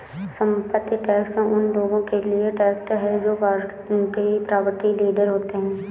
संपत्ति टैक्स उन लोगों के लिए टैक्स है जो प्रॉपर्टी डीलर होते हैं